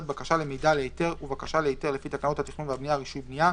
בקשה למידע להיתר ובקשה להיתר לפי תקנות התכנון והבנייה (רישוי בנייה),